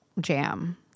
jam